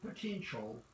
potential